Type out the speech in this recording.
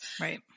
Right